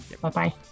Bye-bye